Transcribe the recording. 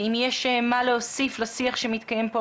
אם יש מה להוסיף לשיח המאוד חשוב שמתקיים פה.